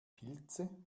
pilze